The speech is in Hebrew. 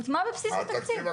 הוטמע בבסיס התקציב.